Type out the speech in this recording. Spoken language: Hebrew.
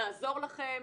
נעזור לכם,